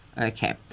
Okay